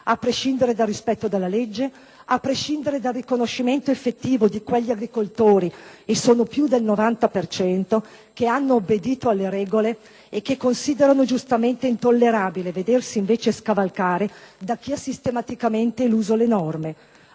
a prescindere dal rispetto della legge, a prescindere dal riconoscimento effettivo di quegli agricoltori (e sono più del 90 per cento) che hanno obbedito alle regole e che considerano giustamente intollerabile vedersi scavalcare da chi ha sistematicamente eluso le norme.